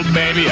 baby